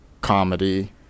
comedy